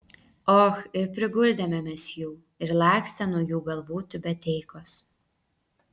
och ir priguldėme mes jų ir lakstė nuo jų galvų tiubeteikos